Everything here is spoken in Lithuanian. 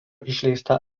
išleista